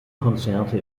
konzerte